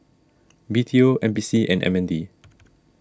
B T O N P C and M N D